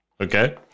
Okay